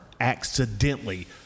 accidentally